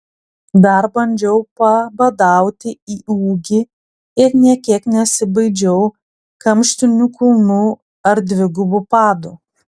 dar bandžiau pabadauti į ūgį ir nė kiek nesibaidžiau kamštinių kulnų ar dvigubų padų